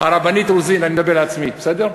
הרבנית רוזין, אני מדבר לעצמי, בסדר?